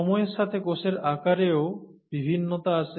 সময়ের সাথে কোষের আকারেও বিভিন্নতা আসে